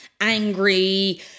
angry